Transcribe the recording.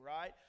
right